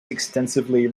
extensively